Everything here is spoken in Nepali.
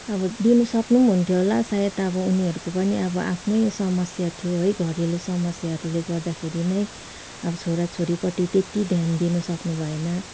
अब दिनुसक्नु नि हुन्थ्यो होला सायद अब उनीहरूको पनि अब आफ्नै समस्या थियो है घरेलु समस्याहरूले गर्दाखेरि नै अब छोराछोरीपट्टि त्यति ध्यान दिनु सक्नुभएन